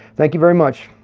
thank you very much.